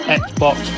xbox